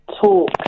talk